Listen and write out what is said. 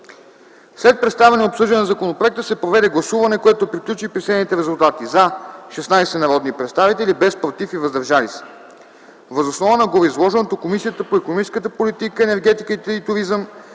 След представяне и обсъждане на законопроекта се проведе гласуване, което приключи при следните резултати: „за” 16 народни представители, „против” и „въздържали се” няма. Въз основа на гореизложеното Комисията по икономическата политика, енергетика и туризъм